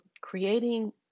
creating